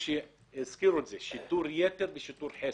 הזכירו ואמרו שיטור יתר ושיטור חסר.